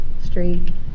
street